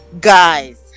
guys